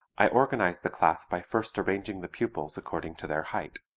i organize the class by first arranging the pupils according to their height.